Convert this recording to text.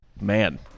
Man